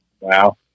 Wow